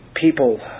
people